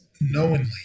knowingly